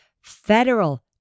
federal